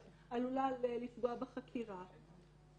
ההיתר עלולה לפגוע בחקירה,